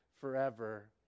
forever